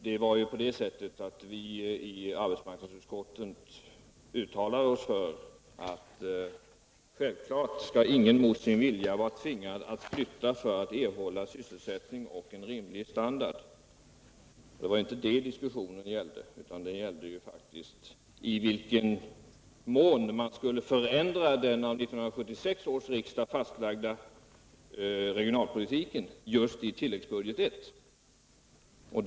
Det var på det sättet att centern i arbetsmarknadsutskottet uttalade att det är självfallet att ingen skall vara tvingad att flytta för att erhålla sysselsättning och en rimlig standard. Det var inte det diskussionen gällde, utan den gällde faktiskt i vilken mån man i realiteten skulle förändra den av 1976 års riksdag fastlagda regionalpolitiken just i tilläggsbudget I.